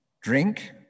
drink